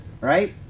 right